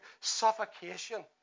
suffocation